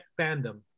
fandom